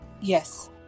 Yes